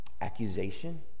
accusation